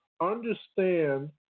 understand